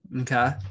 Okay